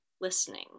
listening